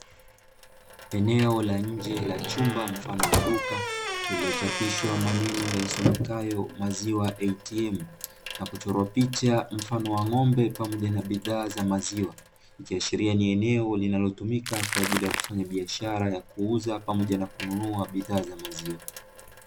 Eneo la nje la chumba mfano wa duka lililochapishwa maneno yasomekayo maziwa "ATM" na kuchorwa picha mfano wa ng'ombe pamoja na bidhaa za maziwa, likihashiria ni eneo linalotumika kwaajili ya kufanya bishara ya kuuza pamoja na kununua bidhaa za maziwa.